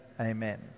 Amen